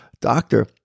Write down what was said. Doctor